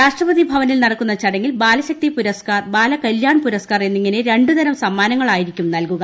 രാഷ്ട്രപതി ഭവനിൽ നടക്കുന്ന ചടങ്ങിൽ ബാലശക്തി പുരസ്കാർ ബാല കല്യാൺ പുരസ്കാർ എന്നിങ്ങനെ രണ്ട് തരം സമ്മാനങ്ങളായിരിക്കും നൽകുക